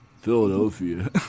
Philadelphia